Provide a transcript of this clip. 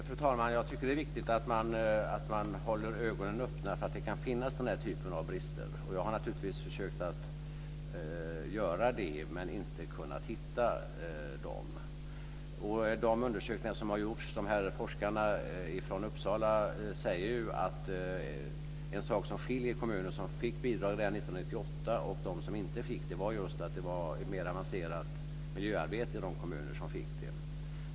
Fru talman! Jag tycker att det är viktigt att man håller ögonen öppna för att det kan finnas den här typen av brister. Jag har naturligtvis försökt att hålla ögonen öppna, men jag har inte kunnat hitta några. Forskarna från Uppsala säger ju att en sak som skiljer de kommuner som fick bidrag 1998 och de kommuner som inte fick det var att det var fråga om mer avancerat miljöarbete i de kommuner som fick bidrag.